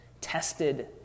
tested